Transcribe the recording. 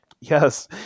Yes